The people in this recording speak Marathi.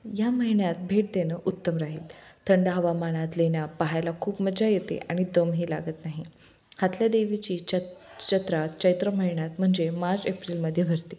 या महिण्यात भेट देणं उत्तम राहील थंड हवामानात लेण्या पाहायला खूप मज्जा येते आणि दमही लागत नाही हातल्या देवीची चत जत्रा चैत्र महिन्यात म्हणजे मार्च एप्रिलमध्ये भरते